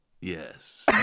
yes